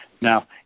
Now